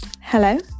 hello